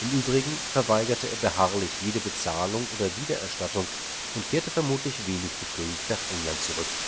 im übrigen verweigerte er beharrlich jede bezahlung oder wiedererstattung und kehrte vermutlich wenig befriedigt nach england zurück